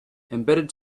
embedded